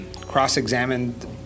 cross-examined